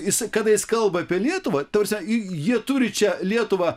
jis kada jis kalba apie lietuvą ta prasme jie turi čia lietuvą